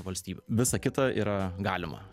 valstybių visa kita yra galima